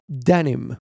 Denim